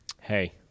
Hey